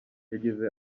yagize